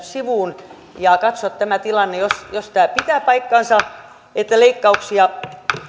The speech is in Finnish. sivuun ja katsoa tämä tilanne jos tämä pitää paikkansa että leikkauksia